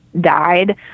died